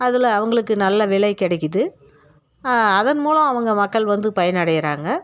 அதில் அவங்களுக்கு நல்ல விலை கிடைக்கிது அதன் மூலம் அவங்க மக்கள் வந்து பயனடைகிறாங்க